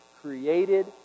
created